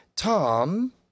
Tom